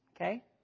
Okay